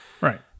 right